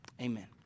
amen